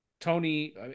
Tony